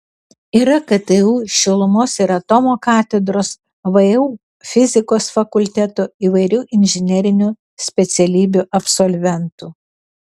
yra ktu šilumos ir atomo katedros vu fizikos fakulteto įvairių inžinerinių specialybių absolventų